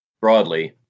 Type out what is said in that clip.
broadly